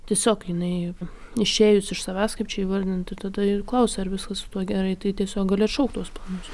tiesiog jinai išėjus iš savęs kaip čia įvardint tai tada ir klausi ar viskas su tuo gerai tai tiesiog gali atšaukt tuos planus